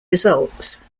results